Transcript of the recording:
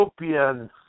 utopian